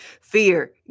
Fear